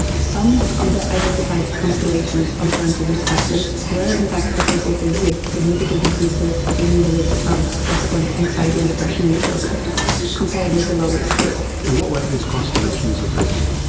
some of the identified constellations of parental risk factors were in fact associated with significant increases in the risk of subsequent anxiety and depression in the children compared with the low risk group. and what were these constellations of risk?